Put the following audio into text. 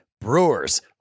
Brewers